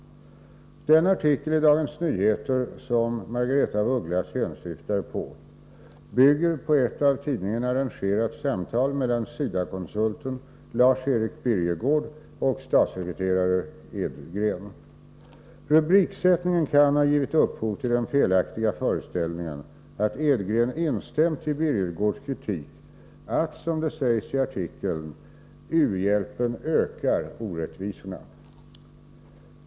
Den artikel i Dagens Nyheter som Margaretha af Ugglas hänsyftar på bygger på ett av tidningen arrangerat samtal mellan SIDA-konsulten Lars-Erik Birgegård och statssekreterare Edgren. Rubriksättningen kan ha givit upphov till den felaktiga föreställningen att Edgren instämt i Birgegårds kritik att, som det sägs i artikeln, ”u-hjälpen ökar orättvisorna”.